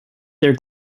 their